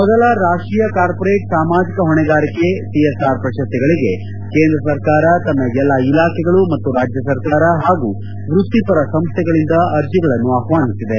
ಮೊದಲ ರಾಷ್ಸೀಯ ಕಾರ್ಮೋರೇಟ್ ಸಾಮಾಜಿಕ ಹೊಣೆಗಾರಿಕೆ ಸಿಎಸ್ಆರ್ ಪ್ರಶಸ್ತಿಗಳಿಗೆ ಕೇಂದ್ರ ಸರ್ಕಾರ ತನ್ನ ಎಲ್ಲಾ ಇಲಾಖೆಗಳು ಮತ್ತು ರಾಜ್ಯ ಸರ್ಕಾರ ಹಾಗೂ ವೃತ್ತಿಪರ ಸಂಸ್ಲೆಗಳಿಂದ ಅರ್ಜಿಗಳನ್ನು ಆಹ್ಲಾನಿಸಿದೆ